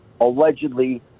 allegedly